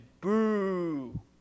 Boo